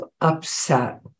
upset